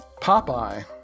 popeye